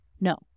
no